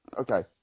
okay